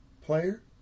player